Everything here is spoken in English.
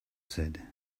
said